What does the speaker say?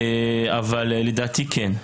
אבל לדעתי כן,